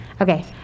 okay